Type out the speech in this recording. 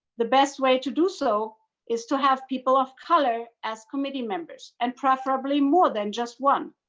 the best way to do so is to have people of color as committee members and preferably more than just one.